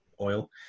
Oil